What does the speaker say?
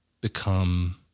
become